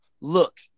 look